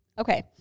Okay